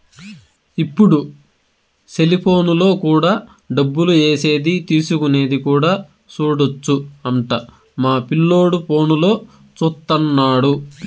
ఇప్పుడు సెలిపోనులో కూడా డబ్బులు ఏసేది తీసుకునేది కూడా సూడొచ్చు అంట మా పిల్లోడు ఫోనులో చూత్తన్నాడు